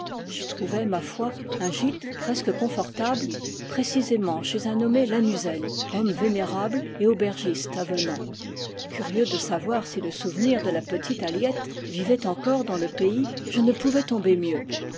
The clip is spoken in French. j'y trouvai ma foi un gîte presque confortable précisément chez un nommé lannuzel homme vénérable et aubergiste avenant curieux de savoir si le souvenir de la petite aliette vivait encore dans le pays je ne pouvais tomber mieux